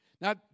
Now